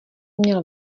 měl